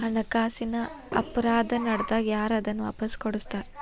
ಹಣಕಾಸಿನ್ ಅಪರಾಧಾ ನಡ್ದಾಗ ಯಾರ್ ಅದನ್ನ ವಾಪಸ್ ಕೊಡಸ್ತಾರ?